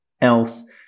else